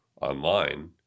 online